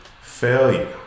Failure